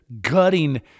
gutting